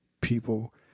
people